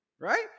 right